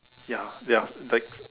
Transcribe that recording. ya ya like